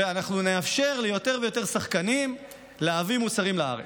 ואנחנו נאפשר ליותר ויותר שחקנים להביא מוצרים לארץ.